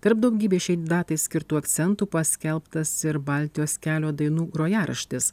tarp daugybės šiai datai skirtų akcentų paskelbtas ir baltijos kelio dainų grojaraštis